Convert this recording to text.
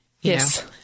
Yes